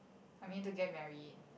I need to get married